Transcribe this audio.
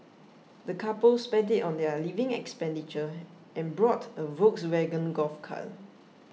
the couple spent it on their living expenditure and bought a Volkswagen Golf car